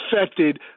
affected